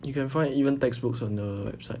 you can find even textbooks on the website